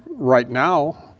right now,